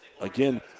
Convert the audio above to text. Again